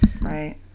Right